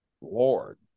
lord